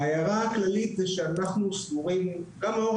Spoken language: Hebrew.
ההערה הכללית היא שאנחנו סבורים גם לאור